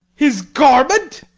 his garments!